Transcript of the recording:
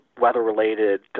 weather-related